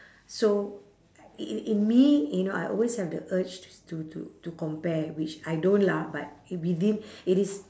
so i~ i~ in me you know I always have the urge to to to compare which I don't lah but within it is